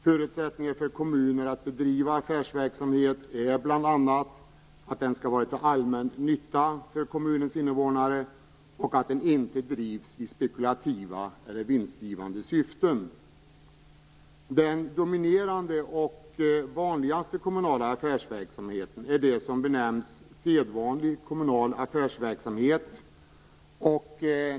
Förutsättningen för kommunen att bedriva affärsverksamhet är bl.a. att den skall vara av allmän nytta för kommunens invånare och att den inte drivs i spekulativa eller vinstgivande syften. Den dominerande och vanligaste kommunala affärsverksamheten är det som benämns sedvanlig kommunal affärsverksamhet.